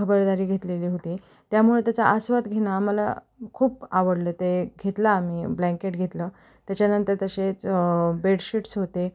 खबरदारी घेतलेले होते त्यामुळे त्याचा आस्वाद घेणं आम्हाला खूप आवडले ते घेतला आम्ही ब्लँकेट घेतलं त्याच्यानंतर तसेच बेडशीट्स होते